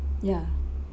ya